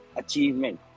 achievement